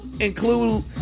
include